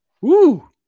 Woo